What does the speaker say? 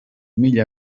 mila